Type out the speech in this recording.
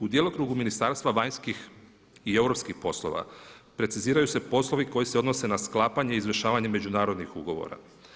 U djelokrugu Ministarstva vanjskih i europskih poslova preciziraju se poslovi koji se odnose na sklapanje i izvršavanje međunarodnih ugovora.